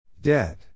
Dead